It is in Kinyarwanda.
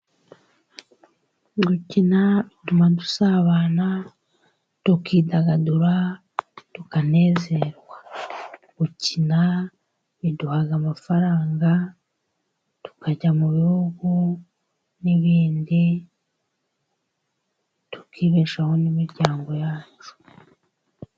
Gukina bituma dusabana, tukidagadura, tukanezerwa. Gukina biduha amafaranga tukajya mu bihugu n'ibindi, tukibeshaho n'imiryango yacu.